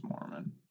Mormon